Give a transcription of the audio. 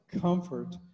Comfort